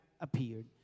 appeared